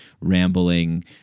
rambling